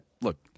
look